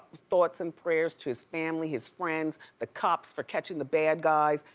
thoughts and prayers to his family, his friends, the cops for catching the bad guys,